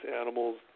animals